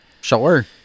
Sure